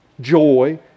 joy